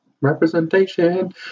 Representation